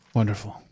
wonderful